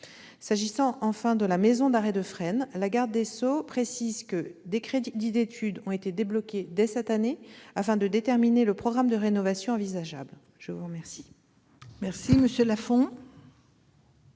S'agissant, enfin, de la maison d'arrêt de Fresnes, Mme la garde des sceaux précise que des crédits d'étude ont été débloqués dès cette année afin de déterminer le programme de rénovation envisageable. La parole